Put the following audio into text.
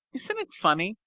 isn't it funny?